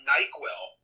NyQuil